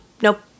nope